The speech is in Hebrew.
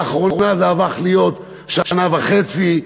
לאחרונה זה הפך להיות שנה וחצי,